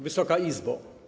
Wysoka Izbo!